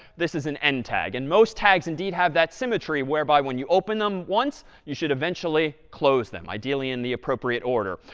this is an end tag. and most tags indeed have that symmetry whereby when you open them once, you should eventually close them, ideally in the appropriate order.